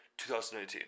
2019